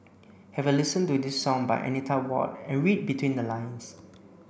have a listen to this song by Anita Ward and read between the lines